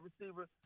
receivers